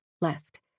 left